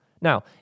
Now